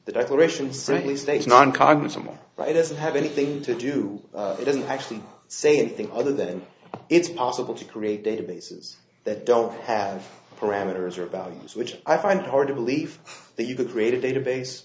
it doesn't have anything to do it doesn't actually say anything other than it's possible to create databases that don't have parameters or values which i find hard to believe that you could create a database